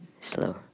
slow